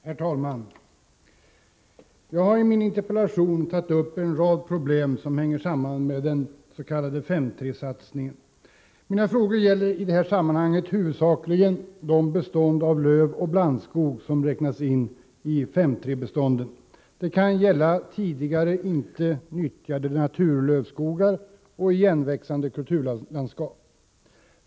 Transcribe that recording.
Herr talman! Jag har i min interpellation tagit upp en rad problem som hänger samman med den s.k. 5:3-satsningen. Mina frågor gäller i det sammanhanget huvudsakligen de bestånd av lövoch blandskog som räknas in i 5:3-bestånden. Det kan gälla tidigare inte nyttjade naturlövskogar och igenväxande kulturlandskap.